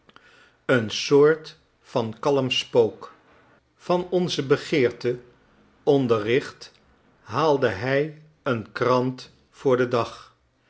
een soort van kalm spook van onze begeerte onderricht haalde hij een krant voor den dag